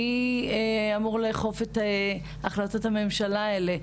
מי אמור לאכוף את החלטות הממשלה האלה?